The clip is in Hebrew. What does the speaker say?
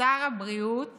שר הבריאות